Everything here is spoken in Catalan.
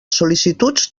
sol·licituds